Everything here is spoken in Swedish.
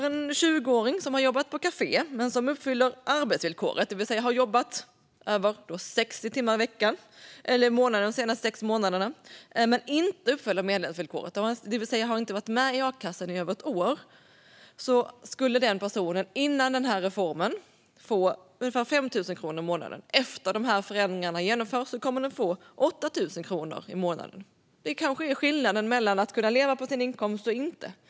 En 20-åring som har jobbat på kafé och som uppfyller arbetsvillkoret, det vill säga har jobbat mer än 60 timmar i månaden de senaste sex månaderna men inte uppfyller medlemsvillkoret, det vill säga inte har varit med i a-kassan mer än ett år, skulle före denna reform få ungefär 5 000 kronor i månaden. Efter att dessa förändringar har genomförts kommer denna 20åring få 8 000 kronor i månaden. Det kanske är skillnaden mellan att kunna leva på sin inkomst och att inte kunna det.